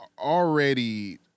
already